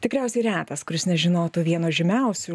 tikriausiai retas kuris nežinotų vieno žymiausių